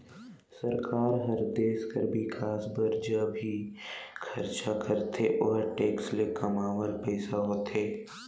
सरकार हर देस कर बिकास बर ज भी खरचा करथे ओहर टेक्स ले कमावल पइसा होथे